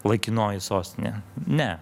laikinoji sostinė ne